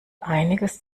einiges